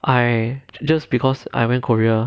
I just because I went korea